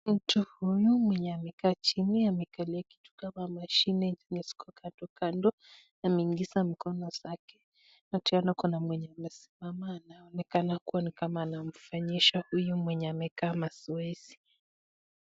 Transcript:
Mtu mwenye amekaa chini amekalia kitu kama mashini zenye ziko Kando Kando ameingiza mikono zake na tena Kuna mwenye amesimama anaonekana ni kama anafanyisha huyu mwenye amekaa mazoezi.